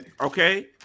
okay